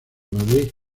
madrid